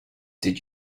did